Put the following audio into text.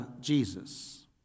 Jesus